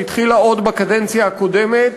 שהתחילה עוד בקדנציה הקודמת,